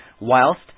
whilst